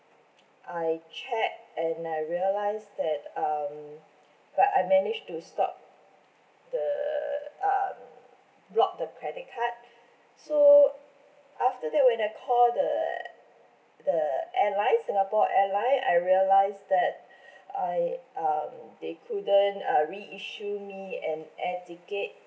I check and I realised that um but I manage to stop the um block the credit card so after that when I call the the airline singapore airline I realised that I um they couldn't uh reissue me an air ticket